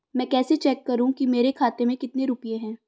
मैं कैसे चेक करूं कि मेरे खाते में कितने रुपए हैं?